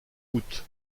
août